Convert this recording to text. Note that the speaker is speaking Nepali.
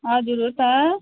हजुर हो त